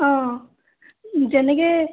অঁ যেনেকৈ